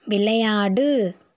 விளையாடு